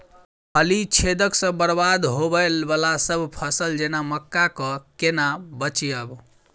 फली छेदक सँ बरबाद होबय वलासभ फसल जेना मक्का कऽ केना बचयब?